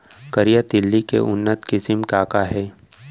करिया तिलि के उन्नत किसिम का का हे?